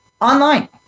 online